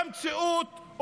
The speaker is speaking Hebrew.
במציאות,